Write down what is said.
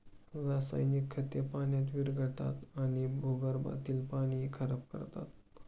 रासायनिक खते पाण्यात विरघळतात आणि भूगर्भातील पाणीही खराब करतात